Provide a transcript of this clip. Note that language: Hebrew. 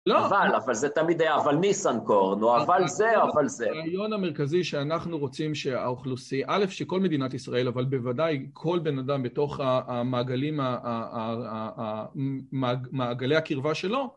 אבל, אבל זה תמיד היה, אבל מי סנקורנו? אבל זה או אבל זה? העליון המרכזי שאנחנו רוצים שהאוכלוסיה, א' שכל מדינת ישראל, אבל בוודאי כל בן אדם בתוך המעגלים הקרבה שלו,